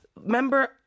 remember